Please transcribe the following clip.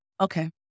Okay